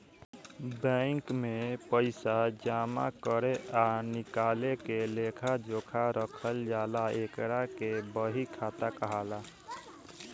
bank में पइसा जामा करे आ निकाले के लेखा जोखा रखल जाला एकरा के बही खाता कहाला